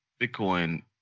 bitcoin